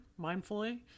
mindfully